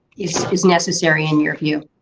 is is necessary in your view.